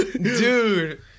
dude